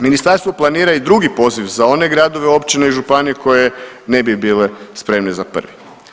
Ministarstvo planira i drugi poziv za one gradove, općine i županije koje ne bi bile spremne za prvi.